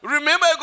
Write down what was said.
Remember